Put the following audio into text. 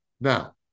Now